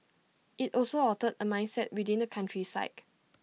IT also altered A mindset within the country's psyche